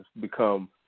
become